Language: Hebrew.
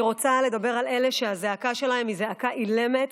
אני רוצה לדבר על אלה שהזעקה שלהם היא זעקה אילמת,